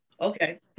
Okay